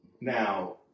Now